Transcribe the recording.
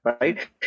Right